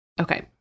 Okay